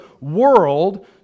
world